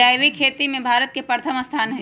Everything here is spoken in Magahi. जैविक खेती में भारत के प्रथम स्थान हई